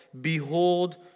behold